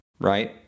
right